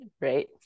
Right